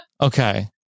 Okay